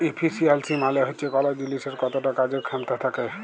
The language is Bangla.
ইফিসিয়ালসি মালে হচ্যে কল জিলিসের কতট কাজের খ্যামতা থ্যাকে